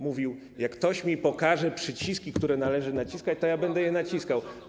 Mówił: jak ktoś mi pokaże przyciski, które należy naciskać, to ja będę je naciskał.